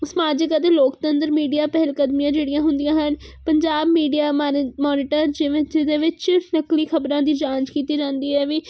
ਸਮਾਜਿਕ ਅਤੇ ਲੋਕਤੰਤਰ ਮੀਡੀਆ ਪਹਿਲ ਕਦਮੀਆਂ ਜਿਹੜੀਆਂ ਹੁੰਦੀਆਂ ਹਨ ਪੰਜਾਬ ਮੀਡੀਆ ਮਾਨ ਮੋਨੀਟਰ ਜਿਵੇਂ ਜਿਹਦੇ ਵਿੱਚ ਨਕਲੀ ਖਬਰਾਂ ਦੀ ਜਾਂਚ ਕੀਤੀ ਜਾਂਦੀ ਹੈ ਵੀ